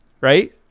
right